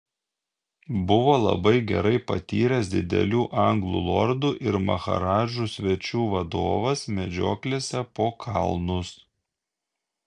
buvo labai gerai patyręs didelių anglų lordų ir maharadžų svečių vadovas medžioklėse po kalnus